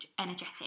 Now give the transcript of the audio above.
energetic